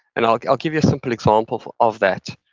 and i'll like i'll give you a simple example of that.